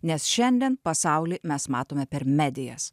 nes šiandien pasaulyje mes matome per medijas